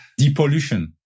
depollution